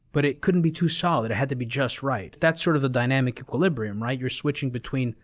but it couldn't be too solid. it had to be just right. that's sort of the dynamic equilibrium, right? you're switching between,